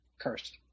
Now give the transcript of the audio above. Cursed